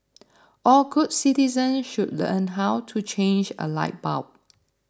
all good citizens should learn how to change a light bulb